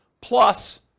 plus